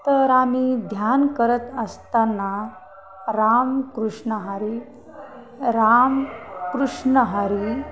तर आम्ही ध्यान करत असताना राम कृष्ण हरी राम कृष्ण हरी